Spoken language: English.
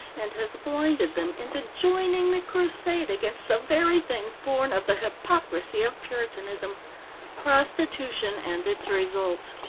and has blinded them into joining the crusade against the very things born of the hypocrisy of puritanism prostitution and its results.